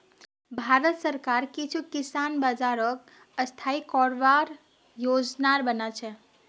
भारत सरकार कुछू किसान बाज़ारक स्थाई करवार योजना बना छेक